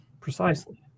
Precisely